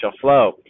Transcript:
flow